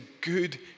good